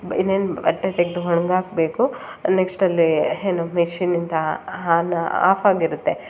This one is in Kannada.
ಇನ್ನೇನು ಬಟ್ಟೆ ತೆಗೆದು ಒಣ್ಗಾಕ್ಬೇಕು ನೆಕ್ಸ್ಟ್ ಅಲ್ಲಿ ಏನು ಮೆಷಿನಿಂದ ಆನ್ ಆಫ್ ಆಗಿರುತ್ತೆ